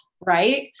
right